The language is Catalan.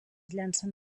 llancen